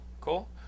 Cool